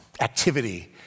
activity